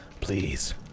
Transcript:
please